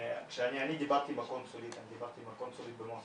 אני דיברתי עם הקונסולית במוסקבה,